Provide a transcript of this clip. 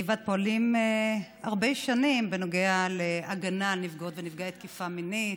אני ואת פועלות הרבה שנים בנוגע להגנה על נפגעות ונפגעי תקיפה מינית,